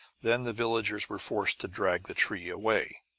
then the villagers were forced to drag the tree away.